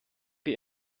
wir